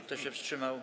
Kto się wstrzymał?